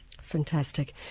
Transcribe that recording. Fantastic